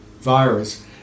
virus